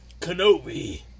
Kenobi